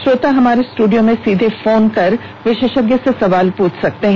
श्रोता हमारे स्टूडियो में सीधे फोन करके विशेषज्ञ से सवाल पूछ सकते हैं